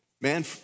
Man